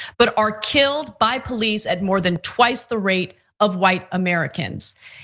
but are killed by police at more than twice the rate of white americans.